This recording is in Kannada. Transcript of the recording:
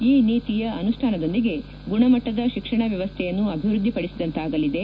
ಈ ನೀತಿಯ ಅನುಷ್ಠಾನದೊಂದಿಗೆ ಗುಣಮಟ್ಲದ ಶಿಕ್ಷಣ ವ್ಲವಸ್ಥೆಯನ್ನು ಅಭಿವೃದ್ಧಿಪಡಿಸಿದಂತಾಗಲಿದೆ